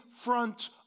front